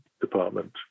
department